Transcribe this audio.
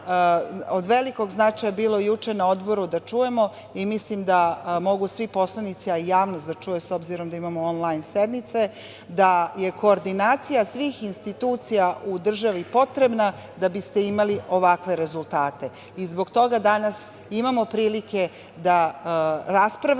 od velikog značaja bilo juče na Odboru da čujemo, mislim da mogu svi poslanici i javnost da čuju, s obzirom da imamo onlajn sednice, koordinacija svih institucija u državi je potrebna da biste imali ovakve rezultate. Zbog toga danas imamo prilike da raspravljamo